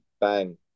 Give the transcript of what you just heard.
bang